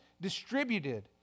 distributed